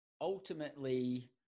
ultimately